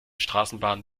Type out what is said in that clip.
straßenbahn